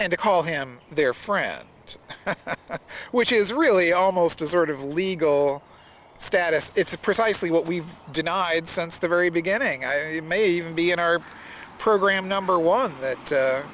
and to call him their friend which is really almost a sort of legal status it's precisely what we've denied since the very beginning i may even be in our program number one